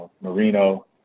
Marino